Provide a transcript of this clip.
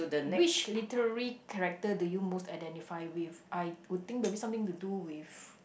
which literary character do you most identify with I would think maybe something to do with